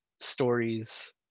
Stories